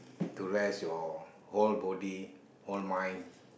to rest your whole body whole mind